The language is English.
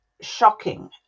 shocking